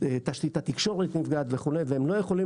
תשתית התקשורת נפגעת וכולי והם לא יכולים